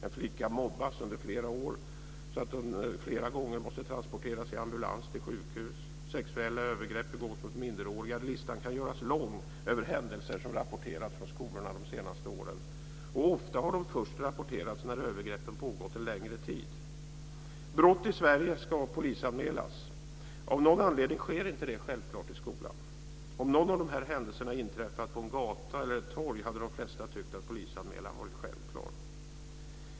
En flicka mobbas under flera år så att hon flera gånger måste transporteras i ambulans till sjukhus. Sexuella övergrepp begås mot minderåriga. Listan kan göras lång över händelser som rapporterats från skolorna de senaste åren. Ofta har de också rapporterats först när övergreppen pågått en längre tid. Brott i Sverige ska polisanmälas. Av någon anledning sker inte det med självklarhet i skolan. Om någon av de här händelserna inträffat på en gata eller ett torg hade de flesta tyckt att polisanmälan varit självklar.